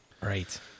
Right